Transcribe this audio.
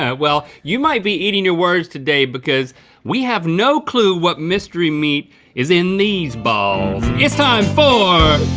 ah well, you might be eating your words today because we have no clue what mystery meat is in these balls. it's time for